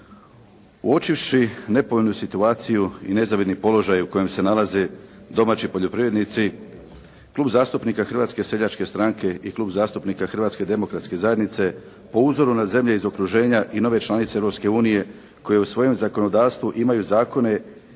Uočivši nepovoljnu situaciju i nezavidni položaj u kojem se nalaze domaći poljoprivrednici, Klub zastupnika Hrvatske seljačke stranke i Klub zastupnika Hrvatske demokratske zajednice po uzoru na zemlje iz okruženja i nove članice Europske unije koji u svojem zakonodavstvu imaju zakone